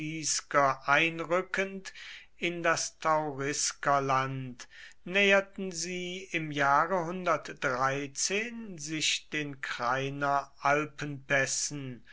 einrückend in das tauriskerland näherten sie im jahre sich den